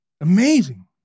Amazing